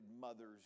mothers